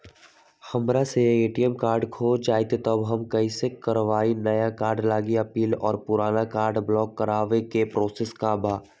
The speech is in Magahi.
हमरा से अगर ए.टी.एम कार्ड खो जतई तब हम कईसे करवाई नया कार्ड लागी अपील और पुराना कार्ड ब्लॉक करावे के प्रोसेस का बा?